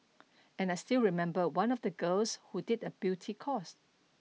and I still remember one of the girls who did a beauty course